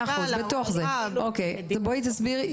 אני קורא לשר הביטחון ולמשרד הביטחון לא לערבב עניין בעניין,